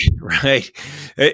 Right